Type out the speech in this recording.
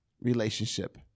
relationship